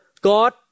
God